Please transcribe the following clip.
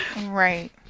Right